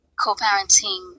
co-parenting